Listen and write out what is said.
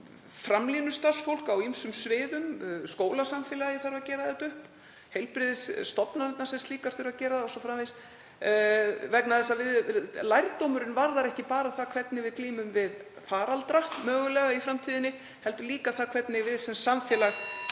sem framlínustarfsfólk á ýmsum sviðum. Skólasamfélagið þarf að gera þetta upp, heilbrigðisstofnanirnar sem slíkar þurfa að gera það o.s.frv. Lærdómurinn varðar ekki bara það hvernig við glímum við hugsanlega faraldra í framtíðinni heldur líka það hvernig við sem samfélag